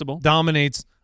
dominates